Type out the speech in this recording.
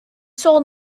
sold